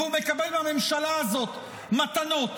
והוא מקבל מהממשלה הזאת מתנות.